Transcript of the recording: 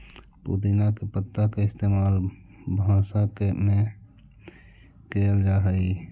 पुदीना के पत्ता के इस्तेमाल भंसा में कएल जा हई